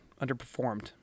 underperformed